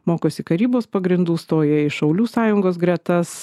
mokosi karybos pagrindų stoja į šaulių sąjungos gretas